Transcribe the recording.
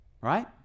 Right